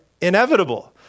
inevitable